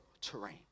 terrain